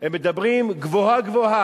הם מדברים גבוהה-גבוהה,